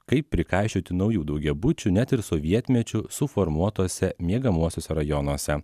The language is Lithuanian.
kaip prikaišioti naujų daugiabučių net ir sovietmečiu suformuotuose miegamuosiuose rajonuose